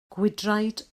gwydraid